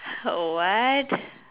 oh what